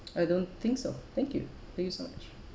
I don't think so thank you thank you so much